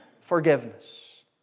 forgiveness